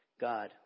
God